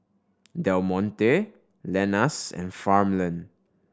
Del Monte Lenas and Farmland